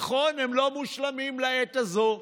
נכון, הם לא מושלמים לעת הזאת,